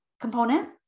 component